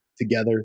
together